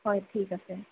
হয় ঠিক আছে